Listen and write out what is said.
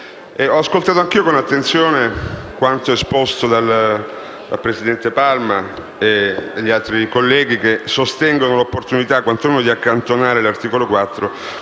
ho ascoltato anch'io con attenzione quanto esposto dal senatore Palma e dagli altri colleghi che sostengono l'opportunità quanto meno di accantonare l'articolo 4,